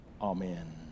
amen